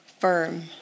firm